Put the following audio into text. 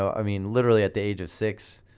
i mean literally at the age of six,